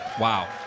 Wow